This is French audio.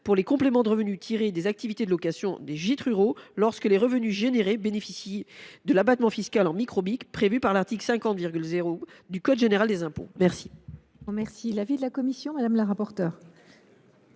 sociales les revenus qu’ils tirent des activités de location des gîtes ruraux, lorsque les revenus générés bénéficient de l’abattement fiscal en micro BIC prévu à l’article 50 0 du code général des impôts. Quel